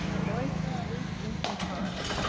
the voice was weak, infantile.